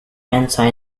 anti